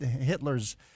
Hitler's